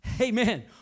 amen